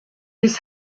his